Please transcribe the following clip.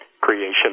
Creation